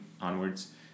onwards